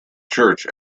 church